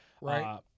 Right